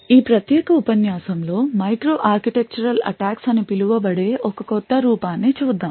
ఈ ప్రత్యేక ఉపన్యాసంలో మైక్రో ఆర్కిటెక్చరల్ అటాక్స్ అని పిలువబడే ఒక కొత్త రూపాన్ని చూద్దాం